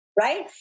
Right